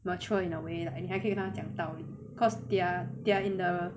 mature in a way like 你还可以跟他讲道理 cause they're they're in the